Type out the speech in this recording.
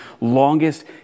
longest